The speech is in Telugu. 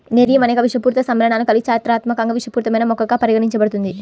నెరియమ్ అనేక విషపూరిత సమ్మేళనాలను కలిగి చారిత్రాత్మకంగా విషపూరితమైన మొక్కగా పరిగణించబడుతుంది